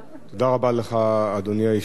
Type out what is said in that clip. תודה רבה לך, אדוני היושב-ראש.